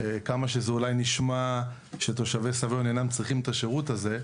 כמה שזה אולי נשמע שתושבי סביון אינם צריכים את השירות הזה,